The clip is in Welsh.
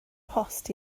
post